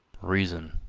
reason,